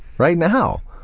right now!